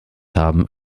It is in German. haben